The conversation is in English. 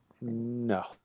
No